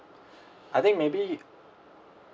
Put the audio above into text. I think maybe